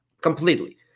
Completely